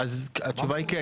אז התשובה היא כן,